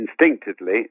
instinctively